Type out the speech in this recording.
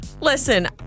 Listen